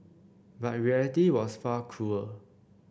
but reality was far cruel